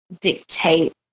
dictate